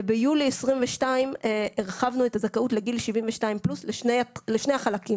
וביולי 2022 הרחבנו את הזכאות לגיל 72 פלוס לשני החלקים,